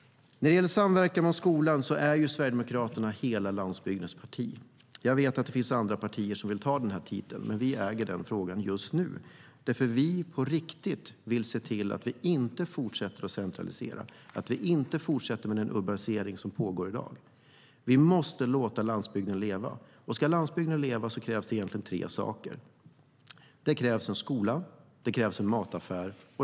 När det gäller samverkan och skola är Sverigedemokraterna hela landsbygdens parti. Jag vet att andra partier vill ha denna titel, men just nu äger vi den. Vi vill på riktigt hejda centraliseringen och den urbanisering som pågår. Vi måste låta landsbygden leva. Ska landsbygden leva krävs tre saker. Det krävs en skola. Det krävs en mataffär.